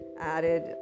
added